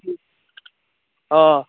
অ'